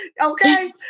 okay